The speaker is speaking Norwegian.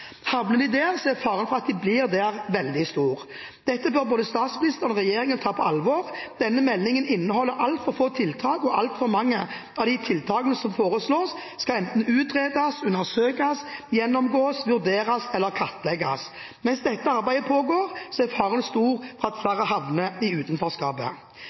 Havner de der, er faren for at de blir der, veldig stor. Dette bør både statsministeren og regjeringen ta på alvor. Denne meldingen inneholder altfor få tiltak, og altfor mange av de tiltakene som foreslås, skal enten utredes, undersøkes, gjennomgås, vurderes eller kartlegges. Mens dette arbeidet pågår, er faren stor for at flere havner i